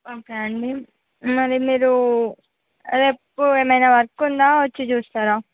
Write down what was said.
okay అండి మరి మీరు రేపు ఏమైనా వర్క్ ఉందా వచ్చి చూస్తారా